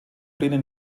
pläne